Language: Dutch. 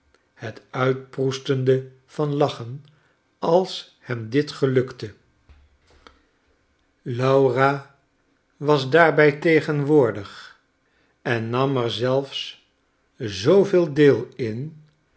het uitproestende van lachen als hem dit gelukte laura was daarbij tegenwoordig en nam er zelfs zooveel deel in